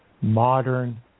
modern